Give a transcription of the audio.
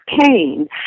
pain